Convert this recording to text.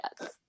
Yes